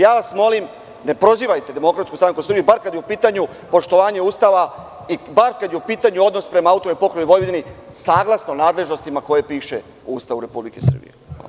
Ja vas molim, ne prozivajte DSS, bar kada je u pitanju poštovanje Ustava i bar kada je u pitanju odnos prema AP Vojvodini, saglasno nadležnostima koje pišu u Ustavu Republike Srbije.